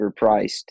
overpriced